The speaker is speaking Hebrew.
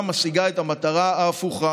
בלתי נסבל,